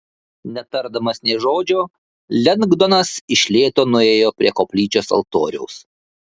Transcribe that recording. netardamas nė žodžio lengdonas iš lėto nuėjo prie koplyčios altoriaus